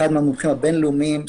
אחד המומחים הבין-לאומיים,